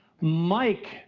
Mike